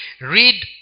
read